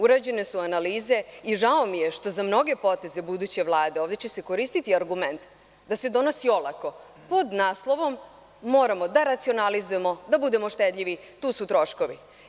Urađene su analize i žao mi je što će se za mnoge poteze buduće Vlade ovde koristiti argument da se donosi olako, pod naslovom – moramo da racionalizujemo, da budemo štedljivi, tu su troškovi.